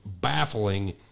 baffling